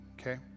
okay